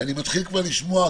ואני מתחיל כבר לשמוע,